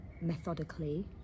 methodically